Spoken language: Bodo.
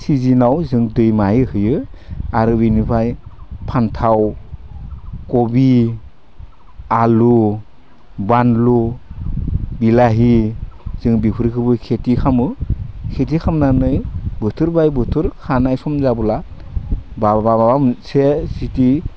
सिजोनाव जों दै माहाय होयो आरो बिनिफ्राय फान्थाव खबि आलु बानलु बिलाहि जों बेफोरखौबो खिथि खालामो खिथि खामनानै बोथोर बाय बोथोर खानाय सम जाबोला बा माबा मोनसे खिथि